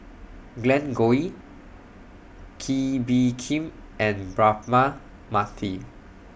Glen Goei Kee Bee Khim and Braema Mathi